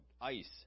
ice